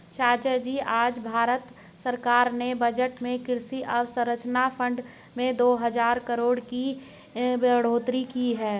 चाचाजी आज भारत सरकार ने बजट में कृषि अवसंरचना फंड में दो हजार करोड़ की बढ़ोतरी की है